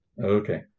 Okay